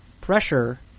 pressure